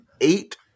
eight